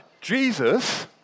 Jesus